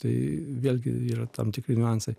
tai vėlgi yra tam tikri niuansai